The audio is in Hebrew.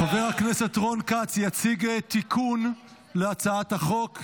חבר הכנסת רון כץ יציג תיקון להצעת החוק.